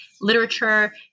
literature